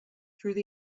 through